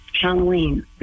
Halloween